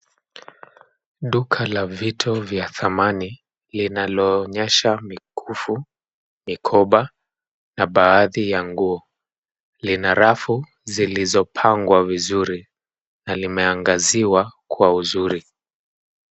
Duka la vitu vya dhamani linaloonyesha mikufu, mikoba na baadhi ya nguo. Lina rafu zilizopangwa vizuri na limeangaziwa kwa uzuri.